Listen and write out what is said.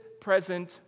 present